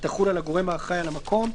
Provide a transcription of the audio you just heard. שתחול על הגורם האחראי על המקום,